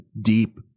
deep